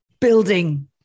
building